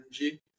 energy